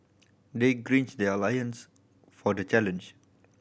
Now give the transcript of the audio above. they gird their loins for the challenge